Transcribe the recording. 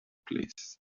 place